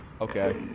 okay